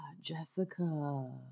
Jessica